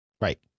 Right